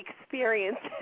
experiences